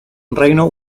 reino